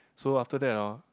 so after that hor